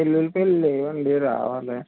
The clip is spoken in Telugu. వెల్లులిపాయలు లేవండి రావాలి